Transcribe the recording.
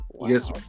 Yes